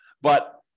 But-